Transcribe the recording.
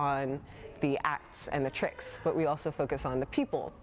acts and the tricks but we also focus on the people